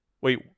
Wait